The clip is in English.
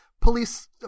police